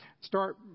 start